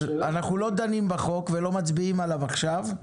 אנחנו לא דנים בחוק ולא מצביעים עליו עכשיו,